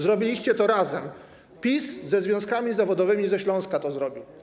Zrobiliście to razem, PiS ze związkami zawodowymi ze Śląska to zrobił.